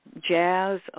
jazz